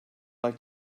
like